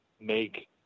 make